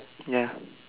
ya